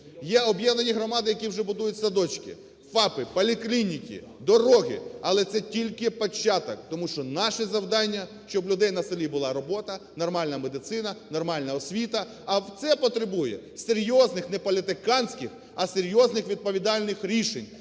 Є об'єднані громади, які вже будують садочки, ФАПи, поліклініки, дороги. Але це тільки початок, тому що наше завдання – щоб у людей на селі була робота, нормальна медицина, нормальна освіта. А це потребує серйозних, не політиканських, а серйозних відповідальних рішень.